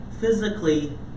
physically